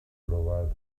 provat